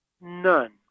None